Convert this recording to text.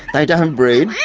they don't breed.